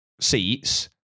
seats